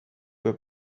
were